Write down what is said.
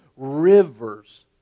rivers